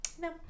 No